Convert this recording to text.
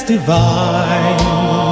divine